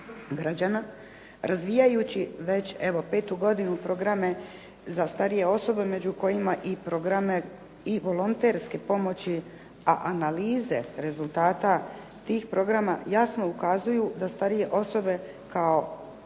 građana razvijajući već evo petu godinu programe za starije osobe, među kojima i programe i volonterske pomoći a analize rezultata tih programa jasno ukazuju da starije osobe kao